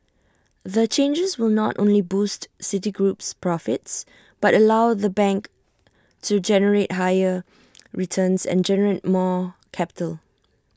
the changes will not only boost Citigroup's profits but allow the bank to generate higher returns and generate more capital